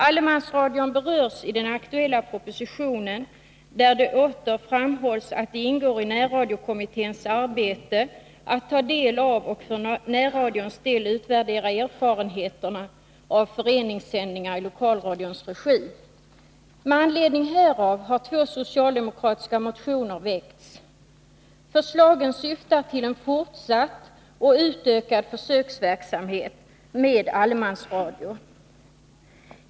Allemansradion berörs i den aktuella propositionen, där det åter framhålls att det ingår i närradiokommitténs arbete att ta del av och för närradions del utvärdera erfarenheterna av föreningssändningar i lokalradions regi. Med anledning härav har två socialdemokratiska motioner väckts. Förslagen syftar till en fortsatt och utökad försöksverksamhet med allemansradio.